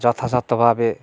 যথাযথভাবে